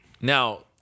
now